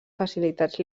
facilitats